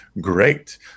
great